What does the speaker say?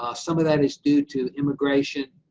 ah some of that is due to immigration,